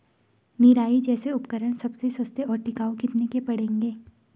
निराई जैसे उपकरण सबसे सस्ते और टिकाऊ कितने के पड़ेंगे?